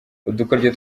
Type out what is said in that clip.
udukoryo